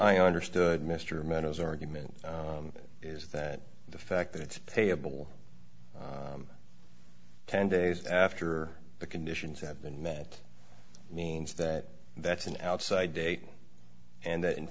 i understood mr meadows argument is that the fact that it's payable ten days after the conditions have been met means that that's an outside date and that in